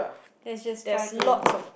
let's just try to